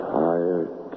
tired